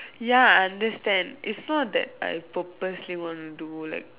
ya I understand it's not that I purposely want to do like